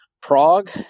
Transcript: Prague